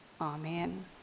Amen